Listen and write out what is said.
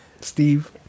Steve